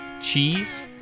Cheese